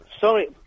sorry